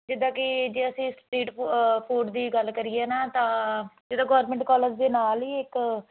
ਜਿੱਦਾਂ ਕਿ ਜੇ ਅਸੀਂ ਸਟਰੀਟ ਫ ਫੂਡ ਦੀ ਗੱਲ ਕਰੀਏ ਨਾ ਤਾਂ ਜਦੋਂ ਗੌਰਮੈਂਟ ਕੋਲਜ ਦੇ ਨਾਲ ਹੀ ਇੱਕ